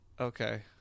Okay